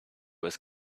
was